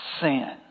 Sin